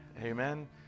Amen